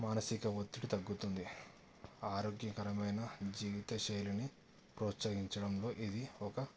మానసిక ఒత్తిడి తగ్గుతుంది ఆరోగ్యకరమైన జీవిత శైలిని ప్రోత్సహించడంలో ఇది ఒక